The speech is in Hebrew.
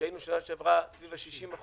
שהיינו בשנה שעברה סביב ה-60%,